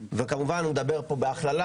וכמובן הוא מדבר פה בהכללה.